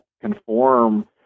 conform